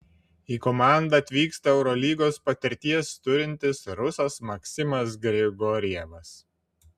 į komandą atvyksta eurolygos patirties turintis rusas maksimas grigorjevas